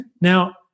Now